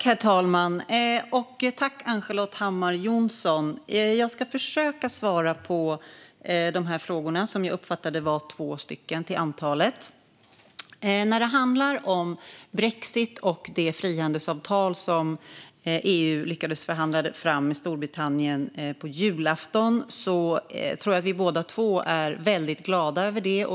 Herr talman! Jag ska försöka svara på frågorna, som jag uppfattade var två till antalet. När det handlar om brexit och det frihandelsavtal som EU lyckades förhandla fram med Storbritannien på julafton tror jag att både Ann-Charlotte Hammar Johnsson och jag är väldigt glada över det.